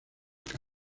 que